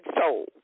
soul